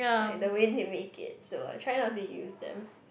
like the way they make it so I try not to use them